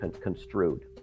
construed